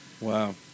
Wow